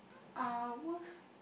uh worst